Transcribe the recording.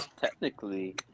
technically